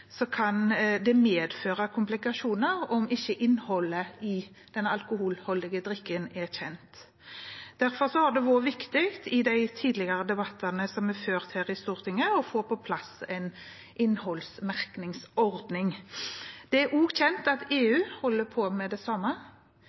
kan medføre komplikasjoner om ikke innholdet i den alkoholholdige drikken er kjent. Derfor har det vært viktig i de tidligere debattene som har vært ført her i Stortinget, å få på plass en innholdsmerkingsordning. Det er også kjent at EU holder på med det samme.